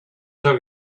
took